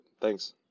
Thanks